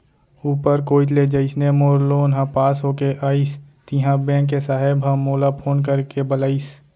ऊपर कोइत ले जइसने मोर लोन ह पास होके आइस तिहॉं बेंक के साहेब ह मोला फोन करके बलाइस